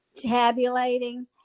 tabulating